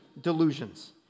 delusions